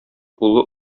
улы